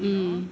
mm